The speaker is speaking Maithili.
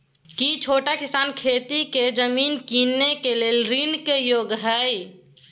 की छोट किसान खेती के जमीन कीनय के लेल ऋण के योग्य हय?